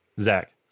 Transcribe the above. Zach